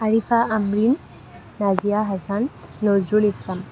Sariska Amin Nazia Hasan Nazrul Islam